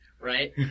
Right